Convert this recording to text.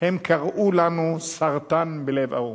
הם קראו לנו "סרטן בלב האומה".